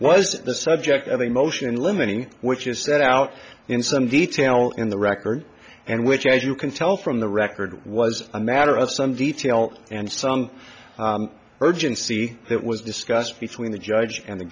was the subject of a motion in limine which is set out in some detail in the record and which as you can tell from the record was a matter of some detail and some urgency that was discussed between the judge and the